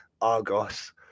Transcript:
argos